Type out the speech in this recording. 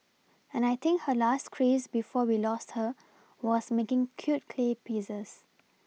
and I think her last craze before we lost her was making cute clay pieces